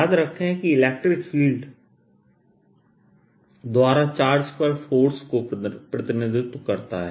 याद रखें कि इलेक्ट्रिक फील्ड फील्ड द्वारा चार्ज पर फोर्स को प्रतिनिधित्व करता है